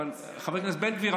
חבר הכנסת בן גביר,